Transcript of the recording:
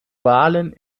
wahlen